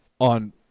on